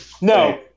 No